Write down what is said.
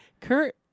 Kurt